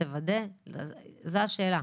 זו השאלה.